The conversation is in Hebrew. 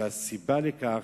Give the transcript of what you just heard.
והסיבה לכך